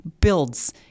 builds